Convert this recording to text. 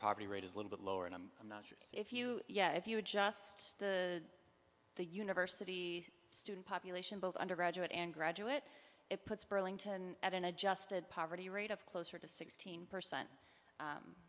poverty rate is a little bit lower and i'm not sure if you yeah if you adjust the university student population both undergraduate and graduate it puts burlington at an adjusted poverty rate of closer to sixteen percent